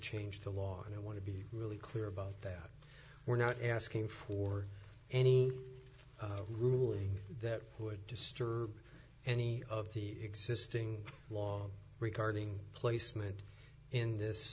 change the law and i want to be really clear about that we're not asking for any ruling that would disturb any of the existing law regarding placement in this